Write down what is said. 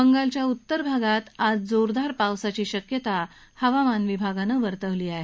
बंगालच्या उत्तर भागात आज जोरदार पावसाची शक्यता हवामान विभागाने वर्तवली आहे